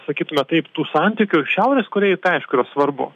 sakytume taip tų santykių šiaurės korėjai tai yra svarbu